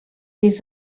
des